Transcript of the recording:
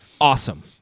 awesome